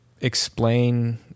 explain